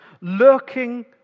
lurking